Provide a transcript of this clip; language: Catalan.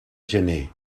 gener